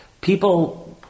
People